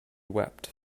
wept